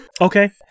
okay